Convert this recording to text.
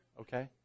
Okay